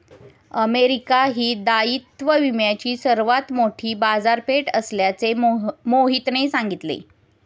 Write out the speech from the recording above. America ही दायित्व विम्याची सर्वात मोठी बाजारपेठ असल्याचे मोहितने सांगितले